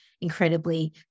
incredibly